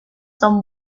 son